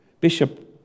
Bishop